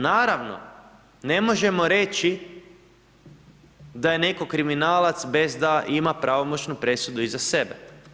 Naravno, ne možemo reći da je netko kriminalac bez da ima pravomoćnu presudu iza sebe.